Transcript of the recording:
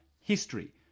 history